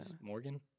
Morgan